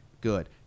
good